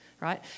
Right